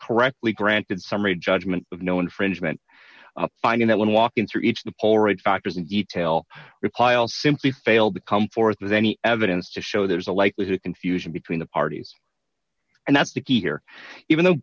correctly granted summary judgment of no infringement finding that when walking through each the poll right factors in etail reply i'll simply failed to come forth with any evidence to show there's a likelihood confusion between the parties and that's the key here even though